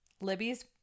libby's